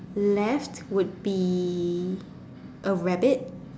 left would be a rabbit